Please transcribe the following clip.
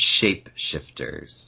shape-shifters